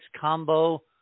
combo